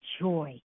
joy